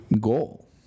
goal